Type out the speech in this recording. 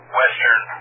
western